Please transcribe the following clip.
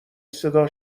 صدا